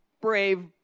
brave